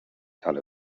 ale